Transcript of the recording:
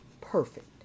perfect